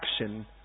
action